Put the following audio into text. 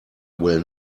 will